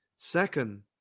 Second